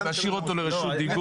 אני משאיר לרשות דיבור.